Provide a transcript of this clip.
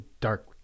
dark